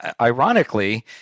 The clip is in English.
ironically